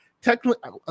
technically